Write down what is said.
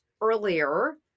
earlier